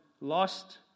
lost